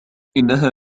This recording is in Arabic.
إنها